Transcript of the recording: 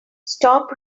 stop